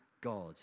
God